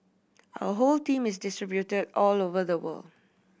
our whole team is distributed all over the world